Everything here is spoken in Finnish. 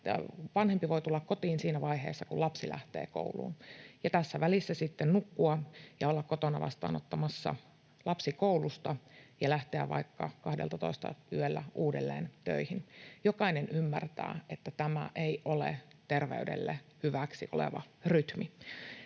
vanhempi voi tulla kotiin siinä vaiheessa, kun lapsi lähtee kouluun, ja tässä välissä sitten nukkua ja olla kotona vastaanottamassa lapsi koulusta ja lähteä vaikka 12:lta yöllä uudelleen töihin. Jokainen ymmärtää, että tämä ei ole terveydelle hyväksi oleva rytmi.